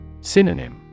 Synonym